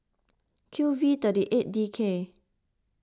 Q V thirty eight D K